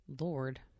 Lord